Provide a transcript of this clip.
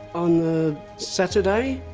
on the saturday